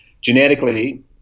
Genetically